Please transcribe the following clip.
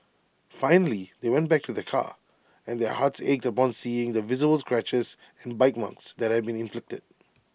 finally they went back to their car and their hearts ached upon seeing the visible scratches and bite ones that had been inflicted